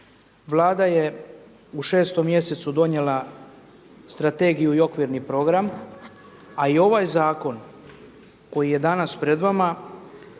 Vlada je u šestom mjesecu donijela strategiju i okvirni program, a i ovaj zakon koji je danas pred vama